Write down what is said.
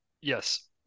Yes